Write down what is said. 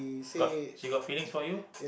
got she got feelings for you